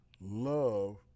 love